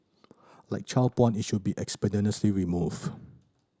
like child porn it should be expeditiously removed